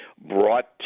brought